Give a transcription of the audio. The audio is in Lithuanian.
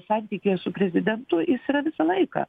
santykiai su prezidentu jis yra visą laiką